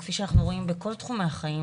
כפי שאנחנו רואים בכל תחומי החיים.